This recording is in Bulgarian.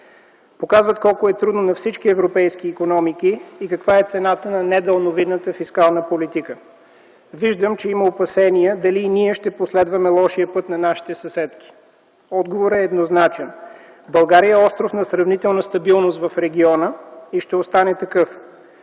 показват колко е трудно на всички европейски икономики и каква е цената на недалновидната фискална политика. Виждам, че има опасения дали и ние ще последваме лошия път на нашите съседки. Отговорът е еднозначен: България е остров на сравнителна стабилност в региона и ще остане такъв.